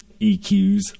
EQs